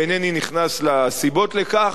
ואינני נכנס לסיבות לכך,